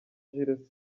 jules